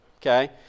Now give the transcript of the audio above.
Okay